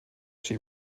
she